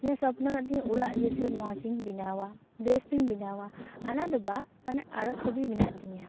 ᱤᱧᱟᱹᱜ ᱥᱚᱯᱚᱱᱚ ᱢᱮᱱᱟᱜ ᱛᱤᱧᱟᱹ ᱚᱲᱟᱜ ᱡᱮᱥᱮ ᱢᱚᱡᱽ ᱤᱧ ᱵᱮᱱᱟᱣᱟ ᱵᱮᱥ ᱛᱤᱧ ᱵᱮᱱᱟᱣᱟ ᱟᱱᱟᱫᱚ ᱵᱟᱝ ᱚᱱᱟ ᱟᱨᱚ ᱪᱷᱚᱵᱤ ᱢᱮᱱᱟᱜ ᱛᱤᱧᱟᱹ